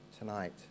Tonight